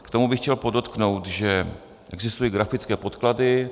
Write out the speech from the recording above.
K tomu bych chtěl podotknout, že existují grafické podklady.